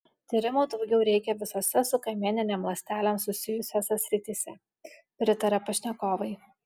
tyrimų daugiau reikia visose su kamieninėm ląstelėm susijusiose srityse pritaria pašnekovai